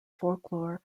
folklore